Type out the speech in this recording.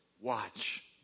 Watch